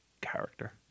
character